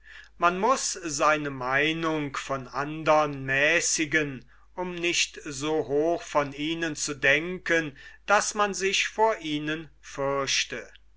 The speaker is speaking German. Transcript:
man muß seine meinung von andern mäßigen um nicht so hoch von ihnen zu denken daß man sich vor ihnen fürchte